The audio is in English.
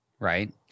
Right